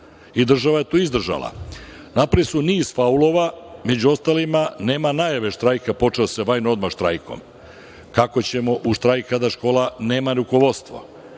i država je to izdržala. Napravili su niz faulova, među ostalima nema najave štrajka. Počeo je da se bavi odmah štrajkom - kako ćemo u štrajk kada škola nema rukovodstvo,